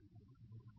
Total energydt S